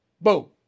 Boom